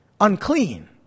unclean